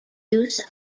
use